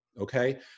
okay